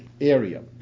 area